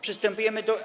Przystępujemy do.